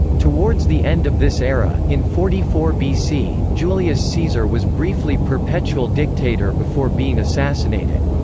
towards the end of this era, in forty four bc, julius caesar was briefly perpetual dictator before being assassinated.